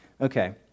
Okay